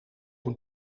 een